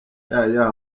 yaya